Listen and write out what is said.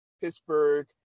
Pittsburgh